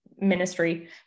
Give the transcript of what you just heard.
Ministry